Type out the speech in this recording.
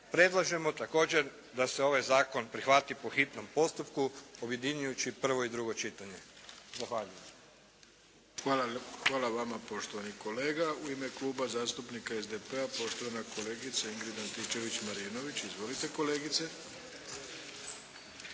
Predlažemo također da se ovaj zakon prihvati po hitnom postupku objedinjujući prvo i drugo čitanje. Zahvaljujem. **Arlović, Mato (SDP)** Hvala vama poštovani kolega. U ime Kluba zastupnika SDP-a, poštovana kolegica Ingrid Antičević Marinović. Izvolite kolegice.